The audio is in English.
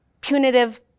punitive